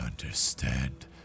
understand